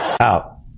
Out